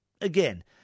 again